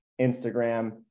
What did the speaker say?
Instagram